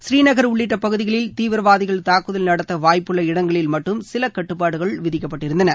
ஸ்ரீநகர் உள்ளிட்ட பகுதிகளில் தீவிரவாதிகள் தாக்குதல் நடத்த வாய்ப்புள்ள இடங்களில் மட்டும் சில கட்டுபாடுகள் விதிக்கப்பட்டிருந்தன